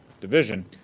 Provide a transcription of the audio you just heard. division